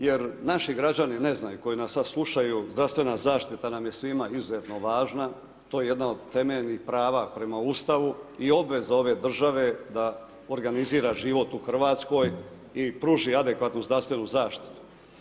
Jer naši građani ne znaju koji nas sad slušaju, zdravstvena zaštita nam je svima izuzetno važna, to je jedno od temeljnih prava prema Ustavu i obveza ove države da organizira život u Hrvatskoj i pruži adekvatnu zdravstvenu zaštitu.